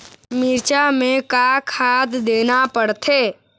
मिरचा मे का खाद देना पड़थे?